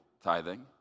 tithing